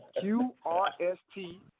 Q-R-S-T